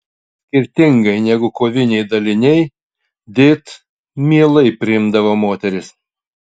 skirtingai negu koviniai daliniai dėt mielai priimdavo moteris